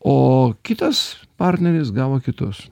o kitas partneris gavo kitus